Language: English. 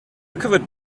recovered